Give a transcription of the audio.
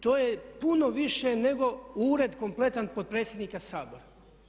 To je puno više nego ured kompletan potpredsjednika Sabora.